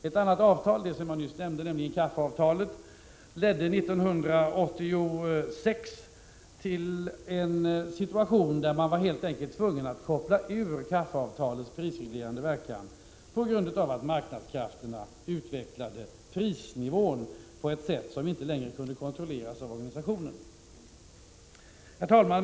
Ett annat avtal, nämligen kaffeavtalet som jag nyss nämnde, ledde 1986 till en situation där man helt enkelt var tvungen att koppla ur avtalets prisreglerande verkan på grund av att marknadskrafterna utvecklade prisnivån på ett sätt som inte längre kunde kontrolleras av, organisationen. Herr talman!